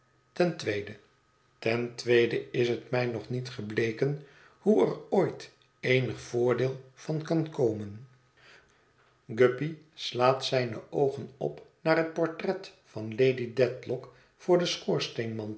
ten tweede ten tweede is het mij nog niet gebleken hoe er ooit eenig voordeel van kan komen guppy slaat zijne oogen op naar het portret van lady dedlock voor den